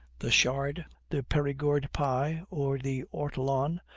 the charde, the perigord-pie, or the ortolan,